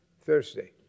Thursday